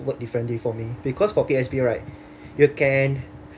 work differently for me because for P_O_S_B right you can